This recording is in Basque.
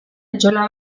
etxola